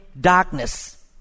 darkness